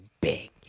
big